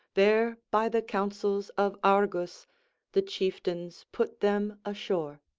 there by the counsels of argus the chieftains put them ashore.